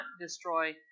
destroy